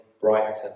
brighter